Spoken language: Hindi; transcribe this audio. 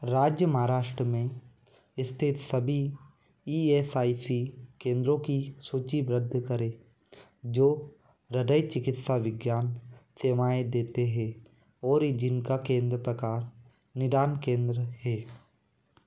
राज्य महाराष्ट्र में स्थित सभी ई एफ आई सी केंद्रो की सूची बद्ध करें जो हृदय चिकित्सा विज्ञान सेवाएँ देते हैं और जिनका केंद्र प्रकार निदान केंद्र हैं